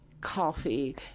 coffee